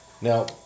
Now